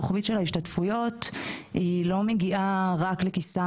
הרוחבית של השתתפויות היא לא פרוגרסיבית,